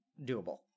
doable